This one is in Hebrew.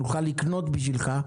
נוכל לקנות בשבילך,